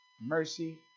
mercy